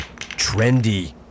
trendy